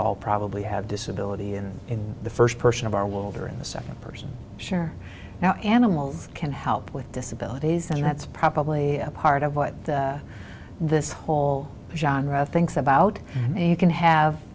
all probably have disability in the first person of our world or in the second person sure now animals can help with disabilities and that's probably part of what this whole genre thinks about and you can have